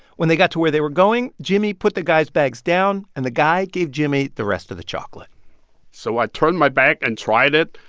when they got to where they were going, jimmy put the guy's bags down, and the guy gave jimmy the rest of the chocolate so i turned my back and tried it,